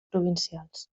provincials